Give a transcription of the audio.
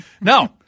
no